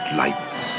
lights